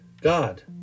God